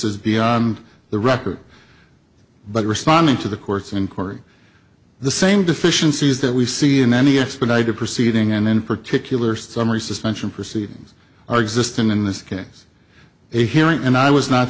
is beyond the record but responding to the courts and cory the same deficiencies that we see in any expedited proceeding and in particular summary suspension proceedings are existing in this case a hearing and i was not